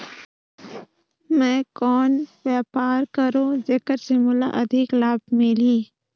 मैं कौन व्यापार करो जेकर से मोला अधिक लाभ मिलही?